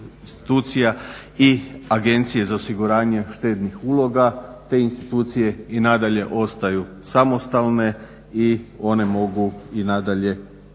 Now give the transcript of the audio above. institucija i Agencije za osiguranje štednih uloga. Te institucije i nadalje ostaju samostalne i one mogu i nadalje